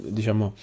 diciamo